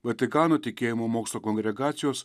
vatikano tikėjimo mokslo kongregacijos